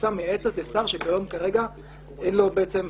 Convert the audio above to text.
מועצה מייעצת לשר שכרגע אין לו בעצם סמכויות.